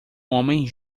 homem